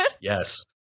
Yes